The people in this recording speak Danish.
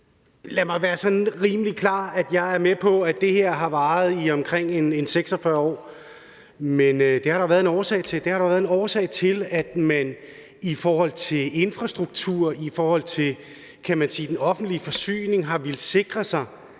Lad mig være sådan rimelig klar: Jeg er med på, at det her har varet i omkring 46 år, men det har der jo været en årsag til. Der har været en årsag til, at man i forhold til infrastruktur og i forhold til den offentlige forsyning har villet sikre sig,